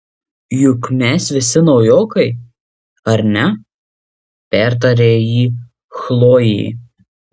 juk mes visi naujokai ar ne pertarė jį chlojė